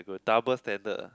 double standard ah